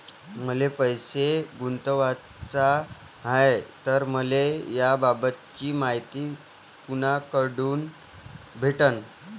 मले पैसा गुंतवाचा हाय तर मले याबाबतीची मायती कुनाकडून भेटन?